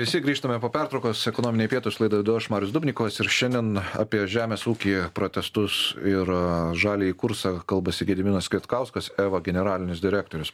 visi grįžtame po pertraukos ekonominiai pietūs laidą vedu aš marius dubnikovas ir šiandien apie žemės ūkį protestus ir žaliąjį kursą kalbasi gediminas kvietkauskas eva generalinis direktorius